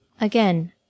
Again